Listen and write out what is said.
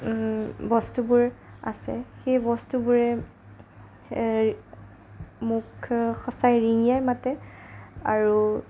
বস্তুবোৰ আছে সেই বস্তুবোৰে মোক সঁচাই ৰিঙিয়াই মাতে আৰু